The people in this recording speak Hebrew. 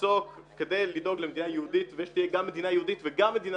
כדי לדאוג למדינה יהודית ושתהיה גם מדינה יהודית וגם מדינה